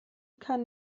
kann